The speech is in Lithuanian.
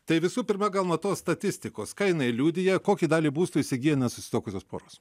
tai visų pirma gal nuo tos statistikos ką jinai liudija kokį dalį būsto įsigyja nesusituokusios poros